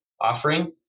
offering